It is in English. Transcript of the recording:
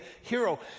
hero